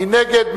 מי נגד?